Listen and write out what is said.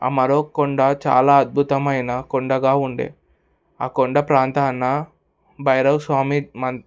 ఆ మరో కొండ చాలా అద్భుతమైన కొండగా ఉండే ఆ కొండ ప్రాంతాన భైరవ స్వామి